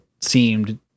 seemed